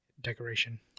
decoration